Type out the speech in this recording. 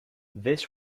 this